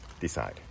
Decide